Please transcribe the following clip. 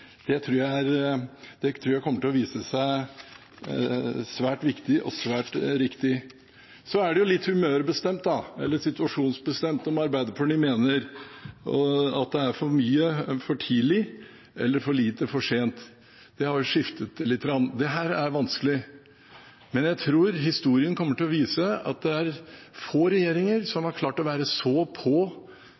det litt humørbestemt eller situasjonsbestemt om Arbeiderpartiet mener at det er for mye for tidlig eller for lite for sent. Det har skiftet lite grann. Dette er vanskelig, men jeg tror historien kommer til å vise at det er få regjeringer som har klart å være så på